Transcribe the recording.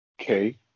Okay